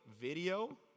video